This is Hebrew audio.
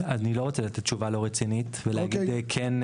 אני לא רוצה לתת תשובה לא רצינית ולהגיד כן,